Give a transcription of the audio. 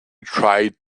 tried